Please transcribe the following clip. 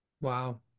wow